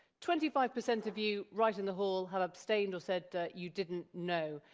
twenty five percent of you right in the hall have abstained or said you didn't know.